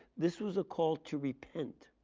this was a call to repent.